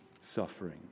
suffering